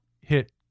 hit